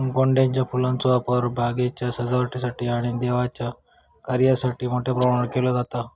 गोंड्याच्या फुलांचो वापर बागेच्या सजावटीसाठी आणि देवाच्या कार्यासाठी मोठ्या प्रमाणावर केलो जाता